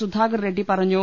സുധാകർ റെഡ്ഡി പറഞ്ഞു